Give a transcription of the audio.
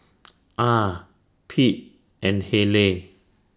Ah Pete and Hayleigh